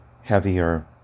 heavier